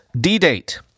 D-date